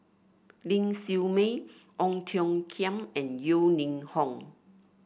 Ling Siew May Ong Tiong Khiam and Yeo Ning Hong